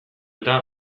eta